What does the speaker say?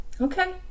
Okay